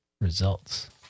Results